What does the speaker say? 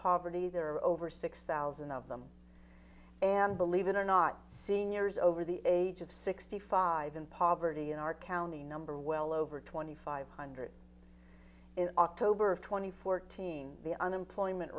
poverty there are over six thousand of them and believe it or not seniors over the age of sixty five in poverty in our county number well over twenty five hundred in october of two thousand and fourteen the unemployment